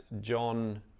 John